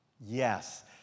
yes